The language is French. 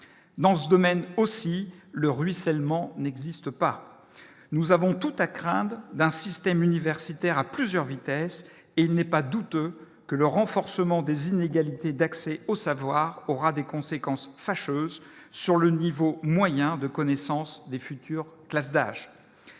dans ce domaine aussi le ruissellement n'existe pas, nous avons tout à craindre d'un système universitaire à plusieurs vitesses et il n'est pas douteux que le renforcement des inégalités d'accès au savoir, aura des conséquences fâcheuses sur le niveau moyen de connaissance des futures classes d'âge